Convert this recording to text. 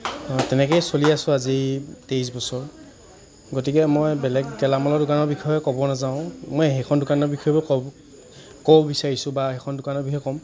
তেনেকেই চলি আছোঁ আজি তেইছ বছৰ গতিকে মই বেলেগ গেলামালৰ দোকানৰ বিষয়ে ক'ব নাযাওঁ মই সেইখন দোকানৰ বিষয়ে বাৰু ক'ব ক'ব বিচাৰিছোঁ বা সেইখন দোকানৰ বিষয়ে ক'ম